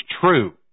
true